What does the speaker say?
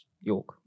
York